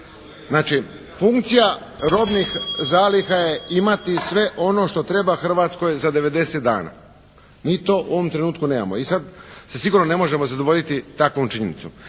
znači funkcija robnih zaliha je imati sve ono što treba Hrvatskoj za 90 dana. Mi to u ovom trenutku nemamo. I sad se sigurno ne možemo zadovoljiti takvom činjenicom.